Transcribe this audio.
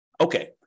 Okay